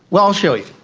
well, i'll show you.